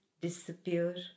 disappear